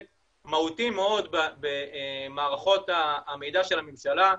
מהותי מאוד במערכות המידע של הממשלה,